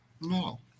No